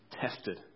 tested